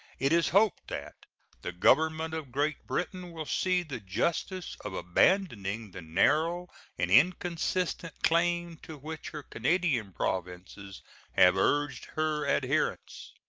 it is hoped that the government of great britain will see the justice of abandoning the narrow and inconsistent claim to which her canadian provinces have urged her adherence.